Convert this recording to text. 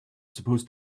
supposed